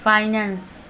finance